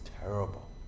terrible